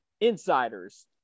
insiders